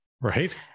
Right